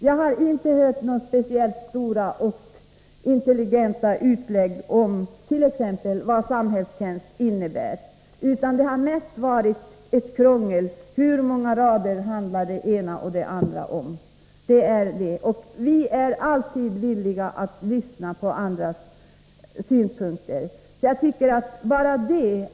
Jag har inte hört några speciellt omfattande och intelligenta utläggningar om t.ex. vad samhällstjänst innebär, utan det har mest varit ett krångel — hur många rader handlar om det ena och det andra? Vi är alltid villiga att lyssna på andras synpunkter.